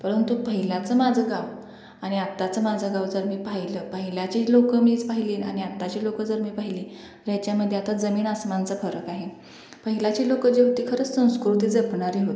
परंतु पहिलाचं माझं गाव आणि आत्ताचं माझं गाव जर मी पाहिलं पहिला जे लोक मीच पाहिली आणि आत्ताची लोक जर मी पाहिली तर याच्यामध्ये आता जमीन अस्मानाचा फरक आहे पहिलाचे लोक जे होती खरंच संस्कृती जपणारी होती